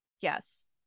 Yes